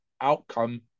outcome